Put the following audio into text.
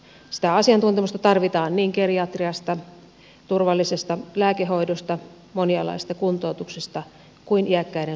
sitä asian tuntemusta tarvitaan niin geriatriasta turvallisesta lääkehoidosta monialaisesta kuntoutuksesta kuin iäkkäiden suun terveydenhuollosta